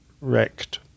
wrecked